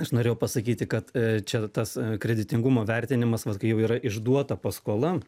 aš norėjau pasakyti kad čia tas kreditingumo vertinimas vat kai jau yra išduota paskola